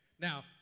Now